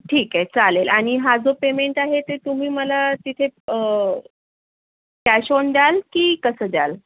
ठीके चालेल आणि हा जो पेमेंट आहे ते तुम्ही मला तिथे कॅश ऑन द्याल की कसं द्याल